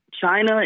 China